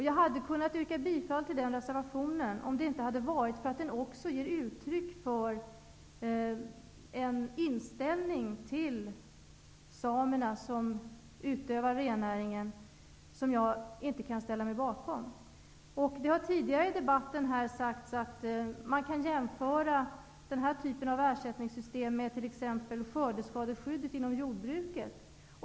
Jag hade kunnat yrka bifall till den reservationen, om det inte hade varit för att den också ger uttryck för en inställning till samerna, som utövar rennäringen, vilken jag inte kan ställa mig bakom. Det har tidigare i debatten sagts att man kan jämföra denna typ av ersättning med t.ex. skördeskadeskyddet inom jordbruket.